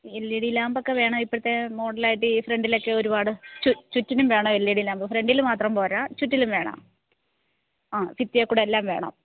L E D ലാമ്പെക്കെ വേണം ഇപ്പോഴത്തെ മോഡലായിട്ടീ ഫ്രണ്ടിലെക്കെ ഒരുപാട് ചുറ്റിനും വേണം എല് ഈ ഡി ലാമ്പ് ഫ്രണ്ടിൽ മാത്രം പോരാ ചുറ്റിലും വേണം ആ ഭിത്തിയേക്കൂടെല്ലാം വേണം